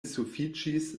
sufiĉis